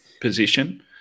position